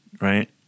Right